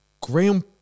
Graham